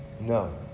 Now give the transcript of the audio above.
No